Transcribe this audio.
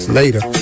later